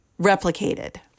replicated